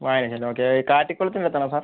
വായനശാല ഓക്കെ കാട്ടികുളത്ത് എത്തണോ സർ